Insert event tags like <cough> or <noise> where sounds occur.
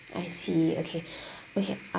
I see okay <breath> okay